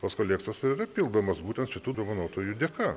tos kolekcijos ir yra pildomos būtent šitų dovanotojų dėka